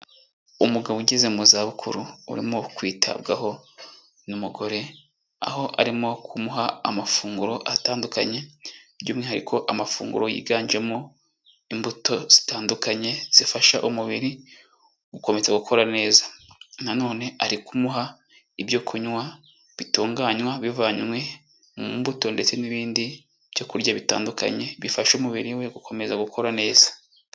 Umugabo ugeze mu zabukuru, urimo kwitabwaho n'umugore, aho arimo kumuha amafunguro atandukanye, by'umwihariko amafunguro yiganjemo imbuto zitandukanye, zifasha umubiri gukomeza gukora neza. Na none ari kumuha ibyo kunywa bitunganywa bivanywe mu mbuto ndetse n'ibindi byokurya bitandukanye, bifasha umubiri we gukomeza gukora neza.